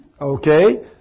Okay